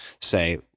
Say